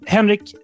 Henrik